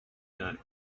not